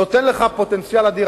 נותן לך פוטנציאל אדיר.